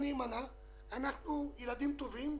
אנחנו "ילדים טובים",